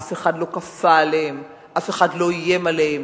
אף אחד לא כפה עליהם, אף אחד לא איים עליהם.